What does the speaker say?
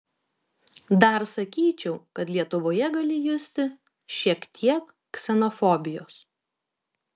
dar sakyčiau kad lietuvoje gali justi šiek tiek ksenofobijos